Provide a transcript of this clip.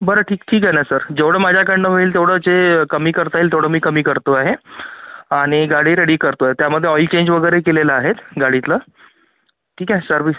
बरं ठीक ठीक आहे नं सर जेवढं माझ्याकडनं होईल तेवढंच ए कमी करता येईल तेवढं मी कमी करतो आहे आणि गाडी रेडी करतो आहे त्यामध्ये ऑईल चेंज वगैरे केलेलं आहेच गाडीतलं ठीक आहे सर्विस